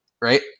Right